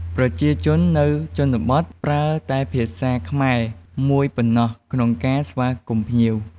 ប្រជាជននៅជនបទ ប្រើតែភាសាខ្មែរមួយប៉ុណ្ណោះក្នុងការស្វាគមន៍ភ្ញៀវ។